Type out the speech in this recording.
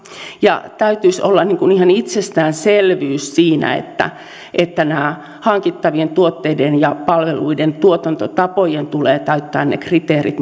ja täytyisi olla ihan itsestäänselvyys että että näiden hankittavien tuotteiden ja palveluiden tuotantotapojen tulee täyttää ne kriteerit